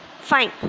Fine